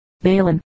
Balin